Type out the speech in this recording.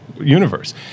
universe